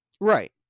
Right